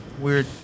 weird